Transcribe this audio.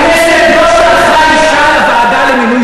הכנסת לא שלחה אישה לוועדה למינוי